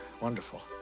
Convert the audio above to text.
wonderful